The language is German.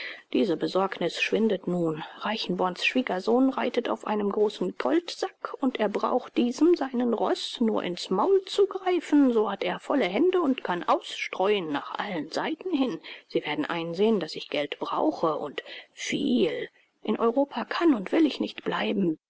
diese besorgniß schwindet nun reichenborn's schwiegersohn reitet auf einem großen goldsack und er braucht diesem seinem roß nur in's maul zu greifen so hat er volle hände und kann ausstreuen nach allen seiten hin sie werden einsehen daß ich geld brauche und viel in europa kann und will ich nicht bleiben